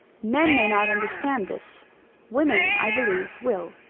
men may not understand this women, i believe, will.